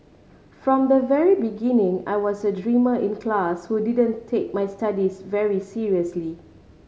from the very beginning I was a dreamer in class who didn't take my studies very seriously